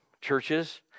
churches